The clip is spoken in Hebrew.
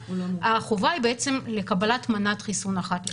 החובה היא בעצם לקבלת מנת חיסון אחת.